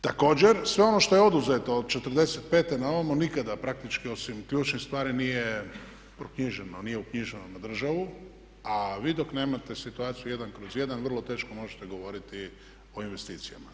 Također sve ono što je oduzeto od 45.-e na ovamo nikada praktički osim ključnih stvari nije proknjiženo, nije uknjiženo na državu a vi dok nemate situaciju 1/1 vrlo teško možete govoriti o investicijama.